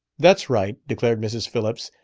that's right, declared mrs. phillips,